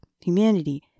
humanity